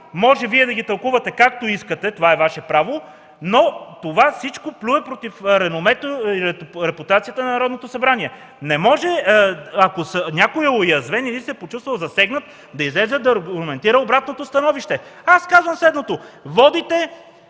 може да ги тълкувате както искате – това е Ваше право, но всичко това плюе против реномето и репутацията на Народното събрание. Не може, ако някой е уязвен или се е почувствал засегнат, да излезе и да аргументира обратното становище. Аз казвам следното: водите